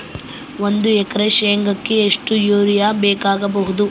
ಒಂದು ಎಕರೆ ಶೆಂಗಕ್ಕೆ ಎಷ್ಟು ಯೂರಿಯಾ ಬೇಕಾಗಬಹುದು?